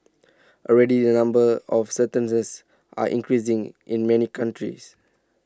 already the number of certain this are increasing in many countries